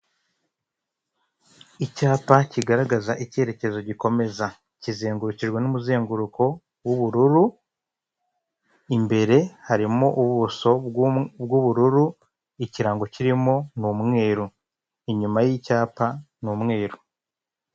Icyapa kigaragaza ikerekezo gikomeza. Kizengurukijwe n'umuzenguruko w'ubururu, imbere harimo ubuso bw'ubururu, ikirango kirimo ni umweru. Inyuma y'icyapa ni umweru.